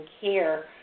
care